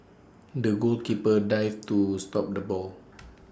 the goalkeeper dived to stop the ball